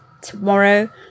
tomorrow